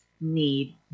need